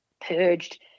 purged